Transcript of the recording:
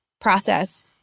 process